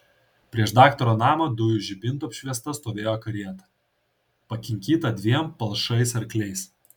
prieš daktaro namą dujų žibinto apšviesta stovėjo karieta pakinkyta dviem palšais arkliais